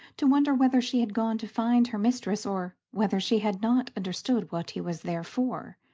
to wonder whether she had gone to find her mistress, or whether she had not understood what he was there for,